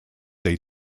they